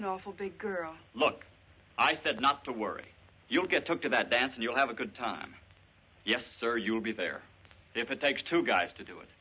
an awful big girl look i said not to worry you'll get took to that dance and you'll have a good time yes sir you'll be there to protect two guys to do it